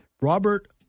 Robert